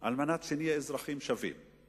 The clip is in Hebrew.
על מנת שנהיה אזרחים שווים.